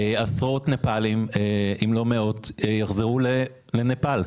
עשרות נפאלים, אם לא מאות, יחזרו לנפאל.